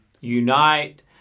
unite